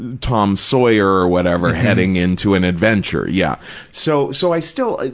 tom sawyer or whatever heading into an adventure. yeah so so, i still,